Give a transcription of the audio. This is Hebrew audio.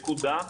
נקודה.